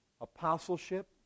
apostleship